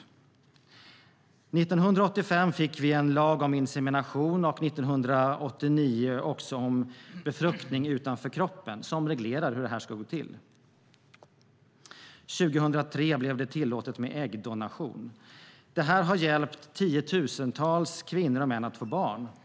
År 1985 fick vi en lag om insemination och 1989 också om befruktning utanför kroppen som reglerar detta. År 2003 blev det tillåtet med äggdonation. Det här har hjälpt tusentals kvinnor och män att få barn.